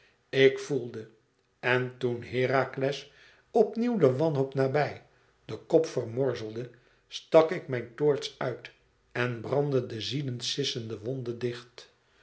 ik voelde en toen herakles op nieuw de wanhoop nabij den kop vermorzelde stak ik mijn toorts uit en brandde de ziedend sissende wonde dicht